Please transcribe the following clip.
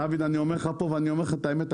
דוד, אני אומר לך פה, ואני אומר לך את האמת.